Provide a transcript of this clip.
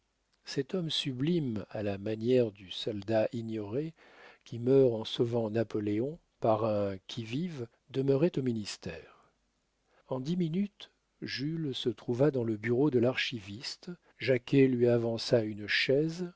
cet homme sublime à la manière du soldat ignoré qui meurt en sauvant napoléon par un qui vive demeurait au ministère en dix minutes jules se trouva dans le bureau de l'archiviste jacquet lui avança une chaise